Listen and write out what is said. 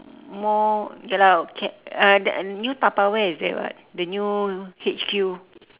more ya lah can uh the new tupperware is there [what] the new H_Q